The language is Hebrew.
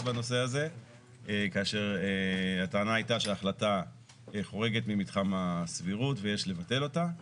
בנושא הזה כאשר הטענה הייתה שההחלטה חורגת ממתחם הסבירות ויש לבטל אותה.